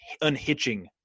unhitching